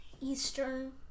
Eastern